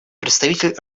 представитель